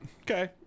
Okay